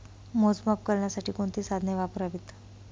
मोजमाप करण्यासाठी कोणती साधने वापरावीत?